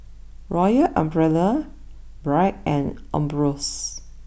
Royal Umbrella Bragg and Ambros